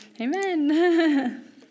Amen